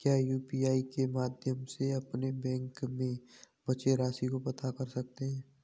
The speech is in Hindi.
क्या यू.पी.आई के माध्यम से अपने बैंक में बची राशि को पता कर सकते हैं?